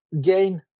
gain